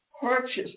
purchase